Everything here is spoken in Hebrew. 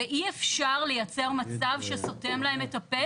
ואי אפשר לייצר מצב שסותם להם את הפה